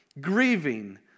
grieving